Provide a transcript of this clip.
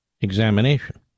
examination